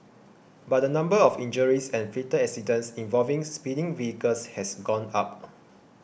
but the number of injuries and fatal accidents involving speeding vehicles has gone up